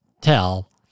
tell